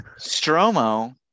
Stromo